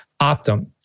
Optum